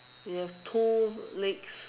it have two legs